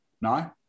No